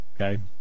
Okay